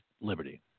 Liberty